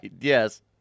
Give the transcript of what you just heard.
yes